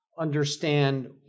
understand